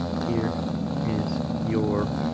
here is your